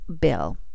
bill